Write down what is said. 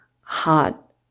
hot